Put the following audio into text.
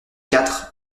quatre